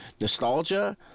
nostalgia